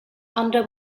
under